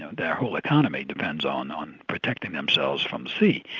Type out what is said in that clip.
their whole economy depends on on protecting themselves from the sea.